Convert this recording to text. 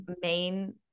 main